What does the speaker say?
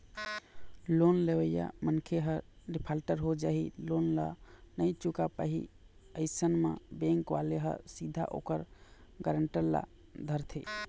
loan लेवइया मनखे ह डिफाल्टर हो जाही लोन ल नइ चुकाय पाही अइसन म बेंक वाले ह सीधा ओखर गारेंटर ल धरथे